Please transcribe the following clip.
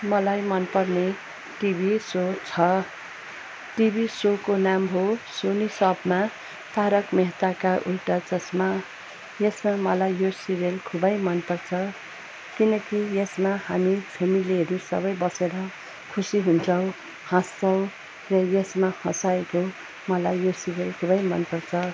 मलाई मन पर्ने टिभी सो छ टिभी सोको नाम हो सोनी सपमा तारक मेहताका उल्टा चस्मा यसमा मलाई यो सिरियल खुबै मनपर्छ किनकि यसमा हामी फेमिलीहरू सबै बसेर खुसी हुन्छौँ हाँस्छौँ यसमा हँसाएको मलाई यो सिरियल खुबै मनपर्छ